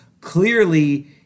clearly